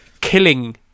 killing